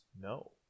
no